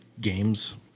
games